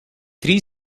three